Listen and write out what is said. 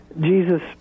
Jesus